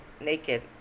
naked